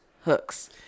hooks